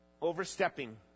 Overstepping